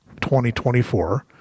2024